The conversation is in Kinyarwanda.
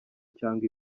cyangwa